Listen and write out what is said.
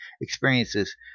experiences